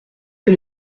que